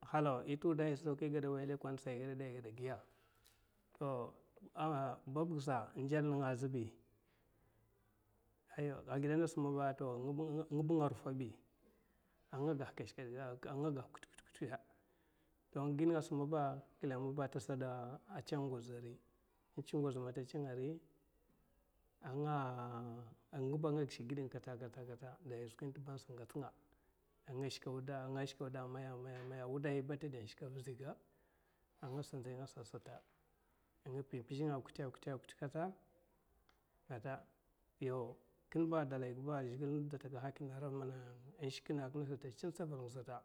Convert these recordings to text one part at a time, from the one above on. Halwa ita wutaisa dakwa iguta wai lukolsa aieda giya’a to a babgisa in nzal ninga’a zibi a gida nas mabba to ngibba nga rufabi a’ngagah kush keta a nga ngah kwitkwita kling mabba atasa tsang ngoza ri in tsi ngoz manta tsa nga ri anga angiba anga gish gidnga katakata da a skwi intiba asa ngats ngai anga shkawdai nga shkawda a maya maya wudaihiba a teda shka viziga a ngasa nzai nga sat sata a nga pizh pizh nga kut ketkata kata yaw kinba dalai gaba zhikle da takahaina ara mana in shkina akina sat sin tsaral nga sata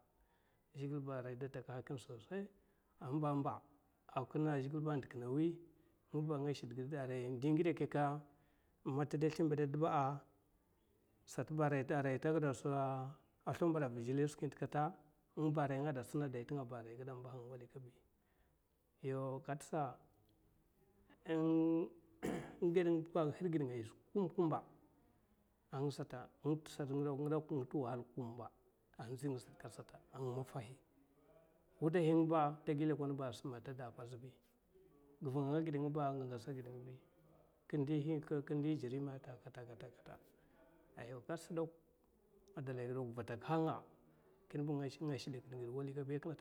zhikle ba aria da takaha kina sosai a mba mba a kina z zhikle d’kina wi ngiba nga shidgid aria ma ndi ngidawukka teda slimbada a gid jiliskwi satkata ngiba’a a. nga geda tsina dai tinga aria a gada mab wuli kaji yaw kat’sa in ged ngiba in hirgid ngaya zhitippa kumb kumba a nga sata in tisata nga dakwa nga a nzinga sat sata n nga maffahi wutahi ngiba tayi lukol simma tade pa azibi gir ngi gid ngiba nga, ngatsa gidrigiba kin nti jiri ma’ata kata kata ayau kwas dakw a dalaiga va takaha nga kinba nga shdakin gid wulege.